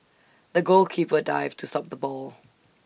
the goalkeeper dived to stop the ball